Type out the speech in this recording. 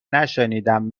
نشنیدم